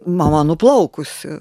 mama nuplaukusi